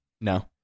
No